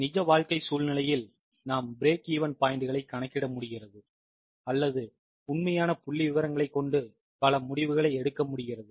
நிஜ வாழ்க்கை சூழ்நிலையில் நாம் பிரேக் ஈவன் பாயிண்ட்களைக் கணக்கிட முடிகிறது அல்லது உண்மையான புள்ளிவிவரங்களை கொண்டு பல முடிவுகளை எடுக்க முடிகிறது